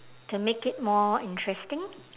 to make it more interesting